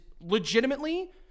legitimately